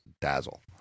dazzle